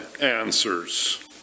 answers